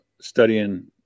studying